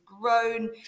grown